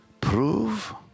Prove